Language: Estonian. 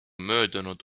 möödunud